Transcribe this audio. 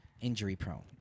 Injury-prone